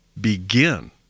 begin